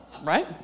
Right